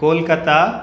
Kolkata